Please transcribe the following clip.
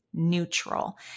Neutral